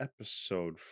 episode